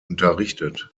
unterrichtet